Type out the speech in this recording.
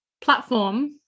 platform